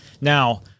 Now